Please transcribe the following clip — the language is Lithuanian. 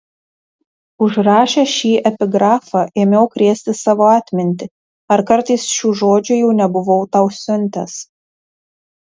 užrašęs šį epigrafą ėmiau krėsti savo atmintį ar kartais šių žodžių jau nebuvau tau siuntęs